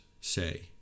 say